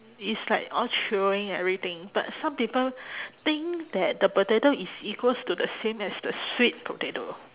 it's like all chewing everything but some people think that the potato is equals to the same as the sweet potato